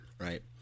Right